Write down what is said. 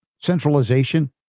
Centralization